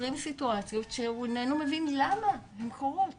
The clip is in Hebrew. יוצרים סיטואציות שהוא איננו מבין למה הן קורות